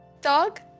dog